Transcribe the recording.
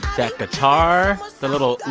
that guitar, the little and